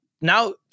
Now